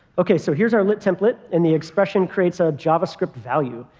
ok. so here's our lit template. and the expression creates a javascript value.